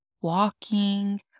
walking